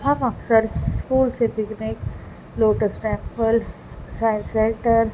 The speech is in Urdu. ہم اکثر اسکول سے picnic lotus temple science centre